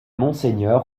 monseigneur